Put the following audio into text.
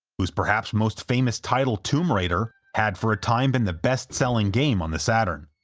whose perhaps most-famous title tomb raider, had for a time been the best-selling game on the saturn.